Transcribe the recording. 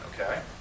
okay